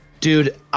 Dude